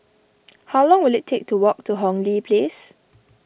how long will it take to walk to Hong Lee Place